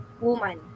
woman